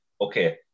Okay